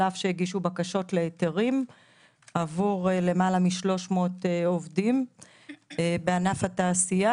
על אף שהגישו בקשות להיתרים עבור למעלה מ-300 עובדים בענף התעשייה.